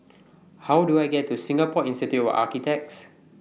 How Do I get to Singapore Institute of Architects